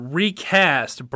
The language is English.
recast